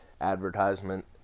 advertisement